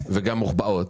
והן גם מוחבאות.